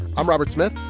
i'm robert smith.